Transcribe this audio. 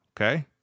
Okay